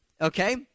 Okay